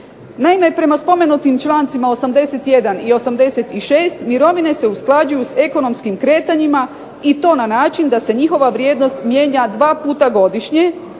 Naime prema spomenutim člancima 81. i 86. mirovine se usklađuju s ekonomskim kretanjima, i to na način da se njihova vrijednost mijenja dva puta godišnje,